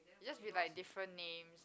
you just read like different names